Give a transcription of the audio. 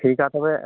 ᱴᱷᱤᱠᱟ ᱛᱚᱵᱮ